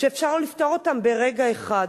שאפשר לפתור אותם ברגע אחד,